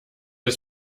das